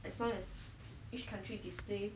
as long as each country display